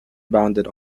bounded